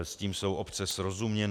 S tím jsou obce srozuměny.